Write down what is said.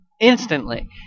Instantly